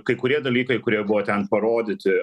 kai kurie dalykai kurie buvo ten parodyti